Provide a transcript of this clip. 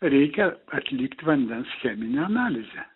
reikia atlikt vandens cheminę analizę